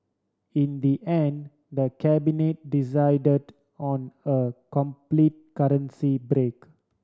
in the end the Cabinet decided on a complete currency break